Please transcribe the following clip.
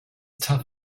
tough